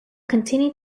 continue